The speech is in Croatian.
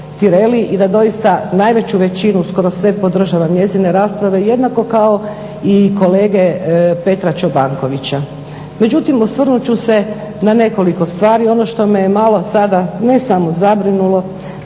i da doista najveću većinu skoro sve podržavam njezine rasprave jednako kao i kolege Petra Čobankovića. Međutim, osvrnut ću se na nekoliko stvari. Ono što me je malo sada ne samo zabrinulo,